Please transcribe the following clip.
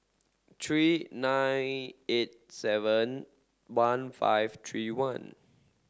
three nine eight seven one five three one